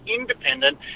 independent